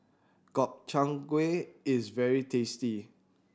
Gobchang Gui is very tasty